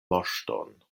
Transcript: moŝton